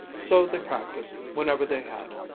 so they practised whenever they had,